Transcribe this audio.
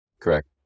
Correct